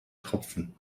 tropfen